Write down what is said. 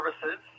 services